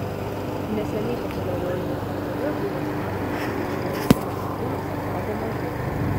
neseniai populiariojoje spaudoje buvo išplatinti pranešimai kad citrinos apsaugo nuo živ